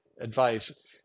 advice